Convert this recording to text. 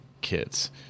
kids